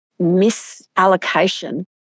misallocation